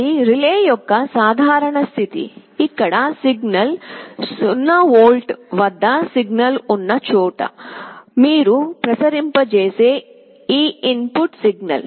ఇది రిలే యొక్క సాధారణ స్థితి ఇక్కడ సిగ్నల్ 0 వోల్ట్ల వద్ద సిగ్నల్ ఉన్న చోట మీరు ప్రసరింపజేసే ఈ ఇన్ పుట్ సిగ్నల్